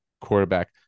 quarterback